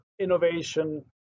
innovation